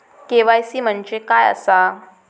KYC म्हणजे काय आसा?